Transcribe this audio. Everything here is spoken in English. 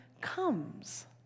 comes